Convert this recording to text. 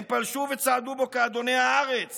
הם פלשו וצעדו בו כאדוני הארץ